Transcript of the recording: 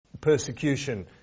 persecution